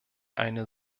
eine